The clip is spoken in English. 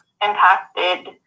impacted